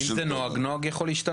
תומר, אם זה נוהג, נוהג יכול להשתנות.